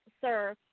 sir